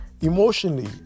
emotionally